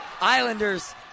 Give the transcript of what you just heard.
Islanders